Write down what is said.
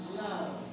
love